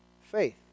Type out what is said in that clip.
Faith